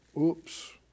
oops